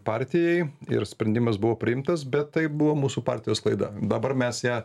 partijai ir sprendimas buvo priimtas bet tai buvo mūsų partijos klaida dabar mes ją